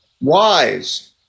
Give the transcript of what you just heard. wise